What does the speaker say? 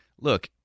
look